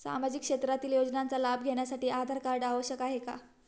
सामाजिक क्षेत्रातील योजनांचा लाभ घेण्यासाठी आधार कार्ड आवश्यक आहे का?